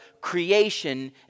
creation